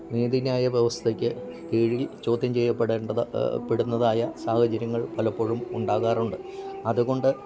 നീതി ന്യായ വ്യവസ്ഥയ്ക്ക് കീഴിൽ ചോദ്യം ചെയ്യപ്പെടേണ്ടത് പെടുന്നതായ സാഹചര്യങ്ങൾ പലപ്പോഴും ഉണ്ടാകാറുണ്ട് അതുകൊണ്ട്